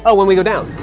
oh, when we go down?